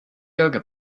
yoga